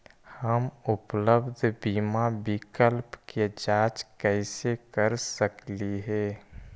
हम उपलब्ध बीमा विकल्प के जांच कैसे कर सकली हे?